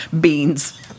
Beans